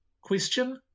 question